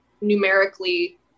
numerically